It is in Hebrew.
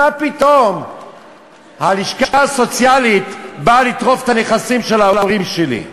מה פתאום הלשכה הסוציאלית באה לטרוף את הנכסים של ההורים שלי?